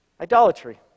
Idolatry